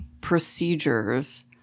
procedures